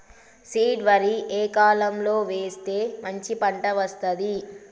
Seed వరి ఏ కాలం లో వేస్తే మంచి పంట వస్తది?